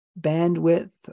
bandwidth